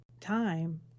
time